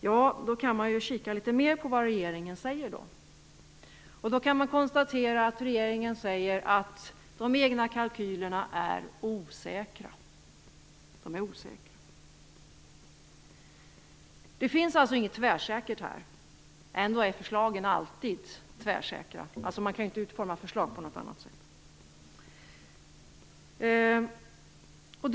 Jo, då kan man kika litet mer på vad regeringen säger. Man kan då konstatera att regeringen säger att de egna kalkylerna är osäkra. Det finns alltså inget tvärsäkert här. Ändå är förslagen alltid tvärsäkra - man kan ju inte utforma förslag på något annat sätt.